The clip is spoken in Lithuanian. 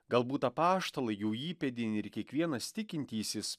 galbūt apaštalai jų įpėdiniai ir kiekvienas tikintysis